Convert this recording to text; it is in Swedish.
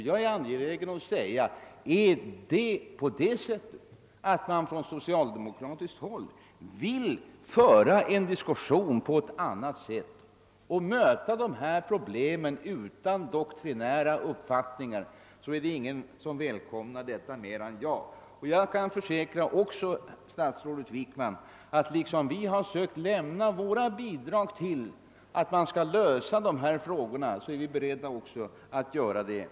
Jag är angelägen att framhålla att om man på socialdemokratiskt håll vill föra diskussionen på ett annat sätt och möta dessa problem utan doktrinära uppfattningar välkomnar ingen detta mer än jag. Jag kan också försäkra statsrådet Wickman att liksom vi tidigare sökt lämna våra bidrag till lösandet av dessa frågor är vi också i fortsättningen beredda att göra det.